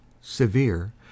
severe